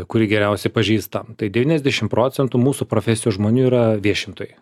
kurį geriausiai pažįstam tai devyniasdešimt procentų mūsų profesijos žmonių yra viešintojai